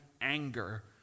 anger